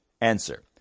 Answer